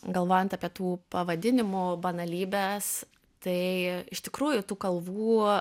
galvojant apie tų pavadinimų banalybes tai iš tikrųjų tų kalvų